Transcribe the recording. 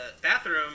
bathroom